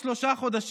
טלפוני.